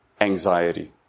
anxiety